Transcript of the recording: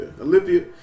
Olivia